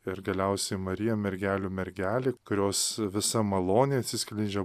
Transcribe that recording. ir galiausi marija mergelių mergelė kurios visa malonė atsiskleidžia